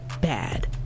bad